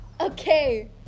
Okay